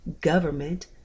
government